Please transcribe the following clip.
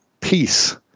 peace